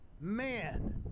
man